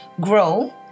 grow